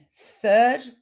third